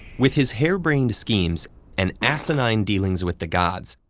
with his harebrained schemes and asinine dealings with the gods,